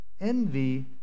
Envy